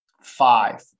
five